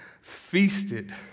feasted